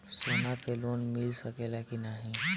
सोना पे लोन मिल सकेला की नाहीं?